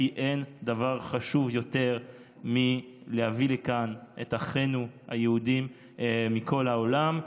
כי אין דבר חשוב יותר מלהביא לכאן את אחינו היהודים מכל העולם.